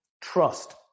trust